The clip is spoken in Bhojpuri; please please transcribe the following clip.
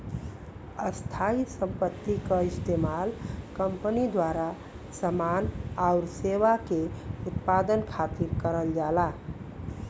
स्थायी संपत्ति क इस्तेमाल कंपनी द्वारा समान आउर सेवा के उत्पादन खातिर करल जाला